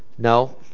No